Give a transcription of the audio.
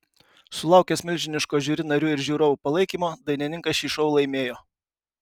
sulaukęs milžiniško žiuri narių ir žiūrovų palaikymo dainininkas šį šou laimėjo